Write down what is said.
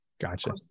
Gotcha